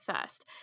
first